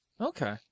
Okay